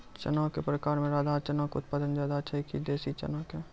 चना के प्रकार मे राधा चना के उत्पादन ज्यादा छै कि देसी चना के?